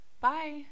Bye